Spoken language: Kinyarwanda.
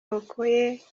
okoye